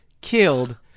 killed